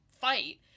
fight